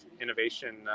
innovation